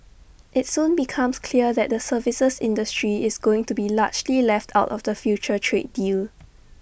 IT soon becomes clear that the services industry is going to be largely left out of the future trade deal